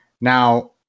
now